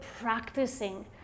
practicing